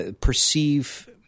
perceive